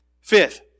Fifth